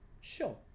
sure